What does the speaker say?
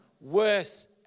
worse